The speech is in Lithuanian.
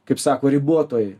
kaip sako ribotoj